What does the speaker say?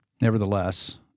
nevertheless